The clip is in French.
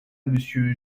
monsieur